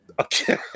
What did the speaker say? Okay